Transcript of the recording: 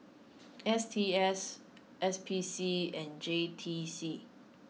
S T S S P C and J T C